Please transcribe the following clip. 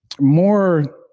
more